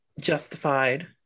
justified